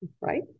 Right